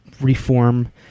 reform